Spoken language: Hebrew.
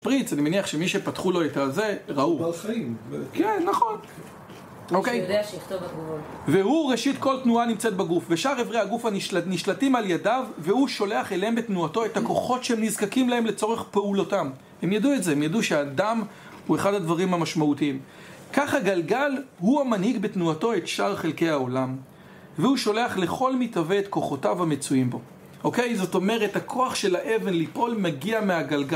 פריץ, אני מניח שמי שפתחו לו את הזה, ראו בר חיים כן, נכון אוקיי מי שיודע שיכתוב בתגובות. והוא ראשית כל תנועה נמצאת בגוף ושאר אברי הגוף הנשלטים על ידיו והוא שולח אליהם בתנועתו את הכוחות שהם נזקקים להם לצורך פעולותם. הם ידעו את זה, הם ידעו שהדם הוא אחד הדברים המשמעותיים. כך הגלגל הוא המנהיג בתנועתו את שאר חלקי העולם והוא שולח לכל מתהווה את כוחותיו המצויים בו. אוקיי, זאת אומרת, הכוח של האבן ליפול מגיע מהגלגל